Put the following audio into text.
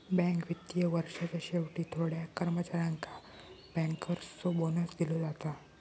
bank वित्तीय वर्षाच्या शेवटी थोड्या कर्मचाऱ्यांका बँकर्सचो बोनस दिलो जाता